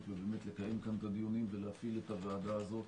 ולקיים כאן את הדיונים ולהפעיל את הוועדה הזו.